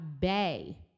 Bay